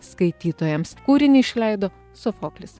skaitytojams kūrinį išleido sofoklis